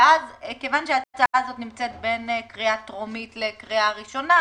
כיוון שההצעה הזאת נמצאת בין קריאה טרומית לקריאה ראשונה,